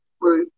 Right